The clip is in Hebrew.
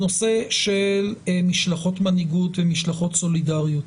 הנושא של משלחות מנהיגות ומשלחות סולידריות